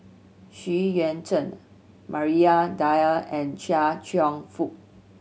Xu Yuan Zhen Maria Dyer and Chia Cheong Fook